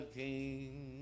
king